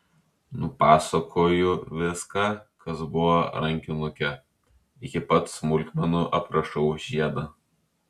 nupasakoju viską kas buvo rankinuke iki pat smulkmenų aprašau žiedą